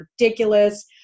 ridiculous